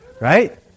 Right